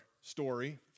story